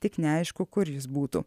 tik neaišku kur jis būtų